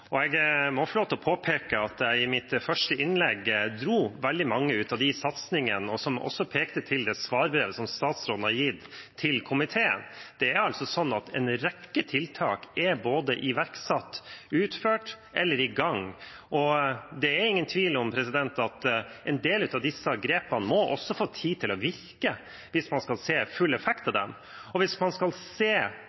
saken. Jeg må få lov til å påpeke at jeg i mitt første innlegg trakk fram veldig mange av satsingene og pekte på det svarbrevet som statsråden har gitt til komiteen. Det er altså slik at en rekke tiltak er iverksatt, utført eller i gang. Det er ingen tvil om at en del av disse grepene må få tid til å virke hvis man skal se full effekt av